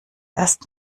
erst